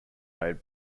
made